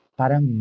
parang